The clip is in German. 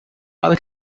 habe